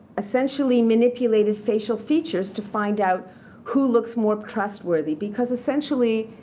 essentially, manipulated facial features to find out who looks more trustworthy. because essentially,